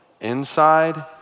inside